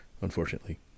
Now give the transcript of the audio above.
unfortunately